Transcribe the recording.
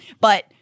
But-